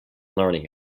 learning